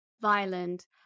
violent